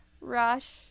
Rush